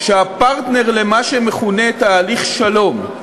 הפרטנר למה שמכונה תהליך שלום,